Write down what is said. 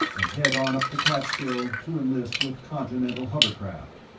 and head on up to catskill to enlist with continental hovercraft.